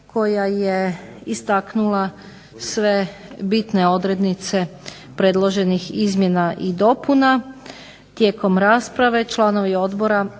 koja je istaknula sve bitne odrednice predloženih izmjena i dopuna